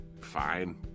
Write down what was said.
Fine